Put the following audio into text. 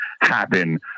happen